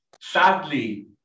Sadly